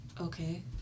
Okay